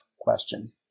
question